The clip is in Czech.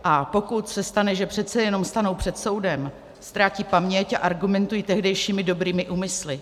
A pokud se stane, že přece jenom stanou před soudem, ztrácejí paměť a argumentují tehdejšími dobrými úmysly.